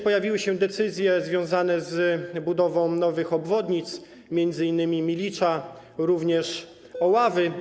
Pojawiły się również decyzje związane z budową nowych obwodnic, m.in. Milicza, również Oławy.